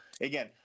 again